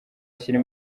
ashyira